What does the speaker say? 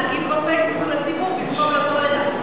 להגיב בפייסבוק לציבור במקום לבוא הנה.